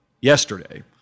yesterday